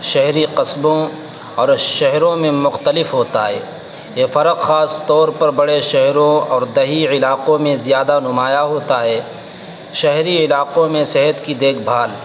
شہری قصبوں اور شہروں میں مختلف ہوتا ہے یہ فرق خاص طور پر بڑے شہروں اور دہی علاقوں میں زیادہ نمایا ہوتا ہے شہری علاقوں میں صحت کی دیکھ بھال